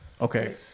Okay